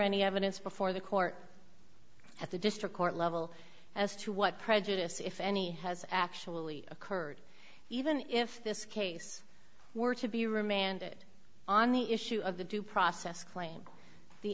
any evidence before the court at the district court level as to what prejudice if any has actually occurred even if this case were to be remanded on the issue of the due process claim the